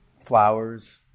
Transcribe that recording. flowers